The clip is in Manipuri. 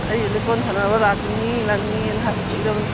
ꯑꯩ ꯂꯤꯀꯣꯟ ꯁꯥꯟꯅꯕ ꯂꯥꯛꯅꯤꯡꯏ ꯂꯥꯛꯅꯤꯡꯏꯅ ꯍꯥꯏꯕ ꯀꯨꯏꯔꯕꯅꯤ